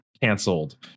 canceled